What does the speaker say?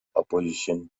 opposition